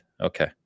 Okay